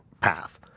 path